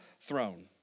throne